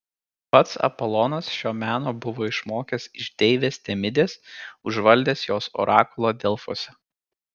pats apolonas šio meno buvo išmokęs iš deivės temidės užvaldęs jos orakulą delfuose